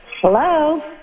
hello